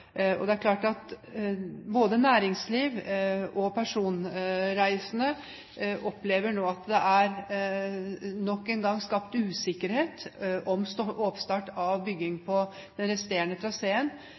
Det er klart at både næringsliv og personreisende nå opplever at det nok en gang er skapt usikkerhet om oppstart av